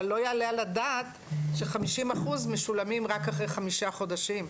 אבל לא יעלה על הדעת ש-50 אחוז משולמים רק אחרי חמישה חודשים.